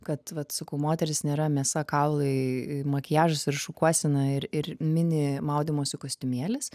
kad vat sakau moteris nėra mėsa kaulai makiažas ir šukuosena ir ir mini maudymosi kostiumėlis